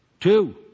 Two